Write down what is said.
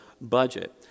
budget